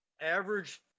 Average